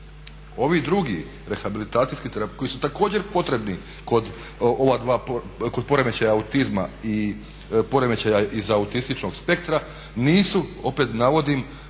Ovi drugi, rehabilitacijski terapeuti koji su također potrebni kod poremećaja autizma i poremećaja iz autističnog spektra nisu opet navodim